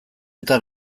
eta